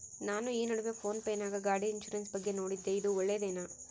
ನಾನು ಈ ನಡುವೆ ಫೋನ್ ಪೇ ನಾಗ ಗಾಡಿ ಇನ್ಸುರೆನ್ಸ್ ಬಗ್ಗೆ ನೋಡಿದ್ದೇ ಇದು ಒಳ್ಳೇದೇನಾ?